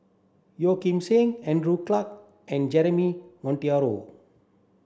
Yeo Kim Seng Andrew Clarke and Jeremy Monteiro